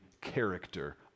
character